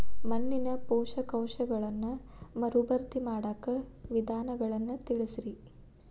ಮಣ್ಣಿನ ಪೋಷಕಾಂಶಗಳನ್ನ ಮರುಭರ್ತಿ ಮಾಡಾಕ ವಿಧಾನಗಳನ್ನ ತಿಳಸ್ರಿ